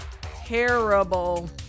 Terrible